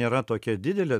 nėra tokia didelė